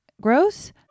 gross